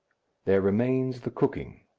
there remains the cooking.